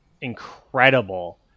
incredible